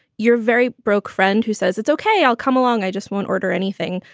you're very broke friend who says it's ok, i'll come along. i just won't order anything.